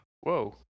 Whoa